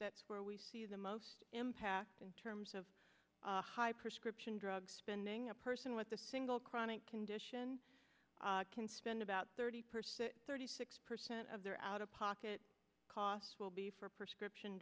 that's where we see the most impact in terms of high prescription drug spending a person with a single chronic condition can spend about thirty percent thirty six percent of their out of pocket loss will be for prescription